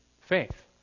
faith